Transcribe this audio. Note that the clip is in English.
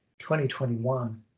2021